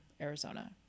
Arizona